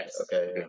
Okay